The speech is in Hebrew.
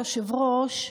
היושב-ראש,